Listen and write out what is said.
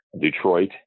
Detroit